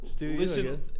listen